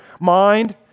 mind